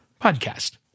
podcast